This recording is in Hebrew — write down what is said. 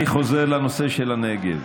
אני חוזר לנושא של הנגב.